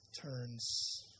turns